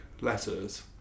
letters